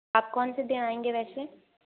आप कौनसे दिन आएँगे वैसे